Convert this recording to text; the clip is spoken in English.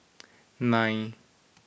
nine